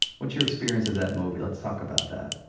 what's your experience of that movie? let's talk about that.